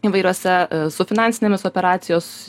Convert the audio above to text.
įvairiose su finansinėmis operacijos